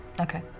Okay